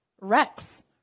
Rex